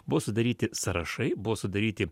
buvo sudaryti sąrašai buvo sudaryti